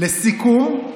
לסיכום,